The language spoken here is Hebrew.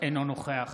אינו נוכח